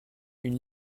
une